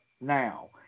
now